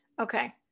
okay